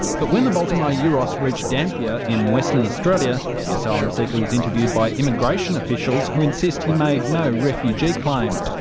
but when the baltimar euros reached dampier in western australia, the asylum seeker was interviewed by immigration officials who insist he made no refugee claim.